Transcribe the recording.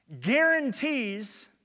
guarantees